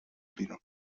بیرون